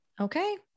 Okay